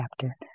chapter